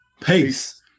Peace